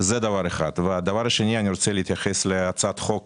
דבר שני, אני רוצה להתייחס להצעת החוק